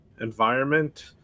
environment